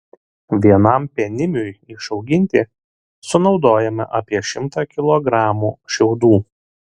vienam penimiui išauginti sunaudojama apie šimtą kilogramų šiaudų